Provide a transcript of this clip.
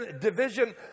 division